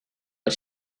but